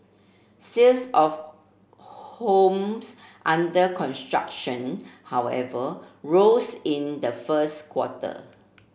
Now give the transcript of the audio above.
sales of homes under construction however rose in the first quarter